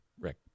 Rick